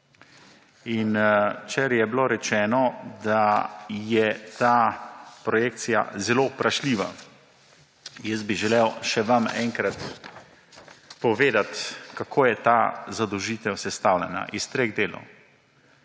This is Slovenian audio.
in včeraj je bilo rečeno, da je ta projekcija zelo vprašljiva. Želel bi vam še enkrat povedati, kako je ta zadolžitev sestavljena. Iz treh delov.